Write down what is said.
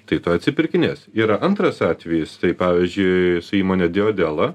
tai tuoj atsipirkinės yra antras atvejis tai pavyzdžiui su įmone dijodela